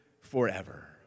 forever